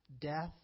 Death